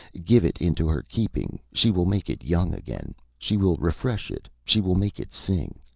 give it into her keeping she will make it young again, she will refresh it, she will make it sing.